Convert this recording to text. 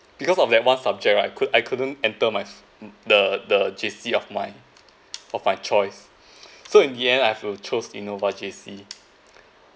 because of that one subject I could I couldn't enter my the the J_C of mine of my choice so in the end I have to choose innova J_C